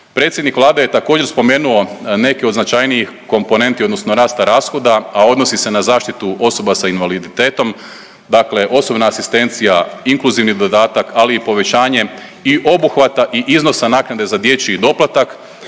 Predsjednik Vlade je također spomenuo neke od značajnijih komponentni odnosno rasta rashoda, a odnosi se na zaštitu osoba sa invaliditetom, dakle osobna asistencija, inkluzivni dodatak, ali i povećanje i obuhvata i iznosa naknade za dječji doplatak.